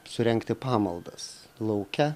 surengti pamaldas lauke